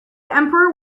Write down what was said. emperor